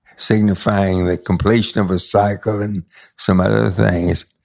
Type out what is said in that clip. signifying the completion of a cycle and some other things.